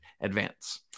advance